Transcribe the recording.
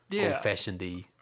old-fashioned-y